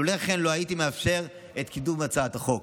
לולא כן, לא הייתי מאפשר את קידום הצעת החוק.